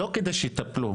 לא כדי שיטפלו,